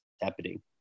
happening